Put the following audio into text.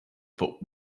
but